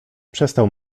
przestał